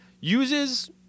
uses